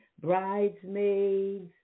bridesmaids